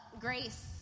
grace